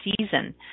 season